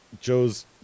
Joe's